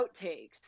outtakes